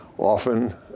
often